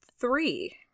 three